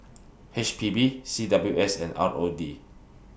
H P B C W S and R O D